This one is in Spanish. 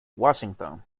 washington